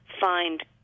find